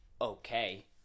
okay